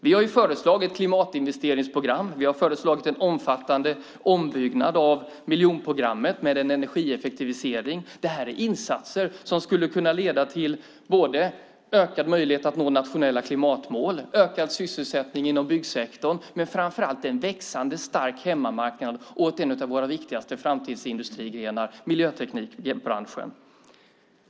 Vi har föreslagit klimatinvesteringsprogram. Vi har föreslagit en omfattande ombyggnad av miljonprogrammet med en energieffektivisering. Det här är insatser som skulle kunna leda till både ökade möjligheter att nå nationella klimatmål, ökad sysselsättning inom byggsektorn och framför allt en växande stark hemmamarknad åt en av våra viktigaste framtidsindustrigrenar, miljöteknikbranschen.